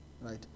Right